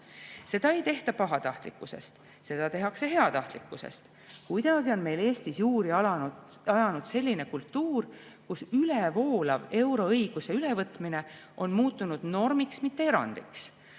Seda ei tehta pahatahtlikkusest, seda tehakse heatahtlikkusest. Kuidagi on meil Eestis juuri ajanud selline kultuur, et ülevoolav euroõiguse ülevõtmine on muutunud normiks, mitte erandiks.